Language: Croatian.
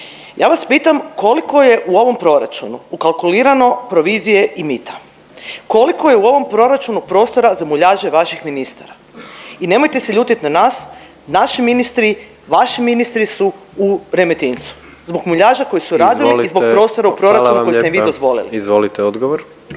Ja vas pitam koliko je u ovom proračunu ukalkulirano provizije i mita? Koliko je u ovom proračunu prostora za muljaže vaših ministara? I nemojte se ljutit na nas, naši ministri, vaši ministri su u Remetincu zbog muljaža koje su radili …/Upadica predsjednik: Izvolite./…